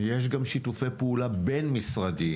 יש גם שיתופי פעולה בין-משרדיים.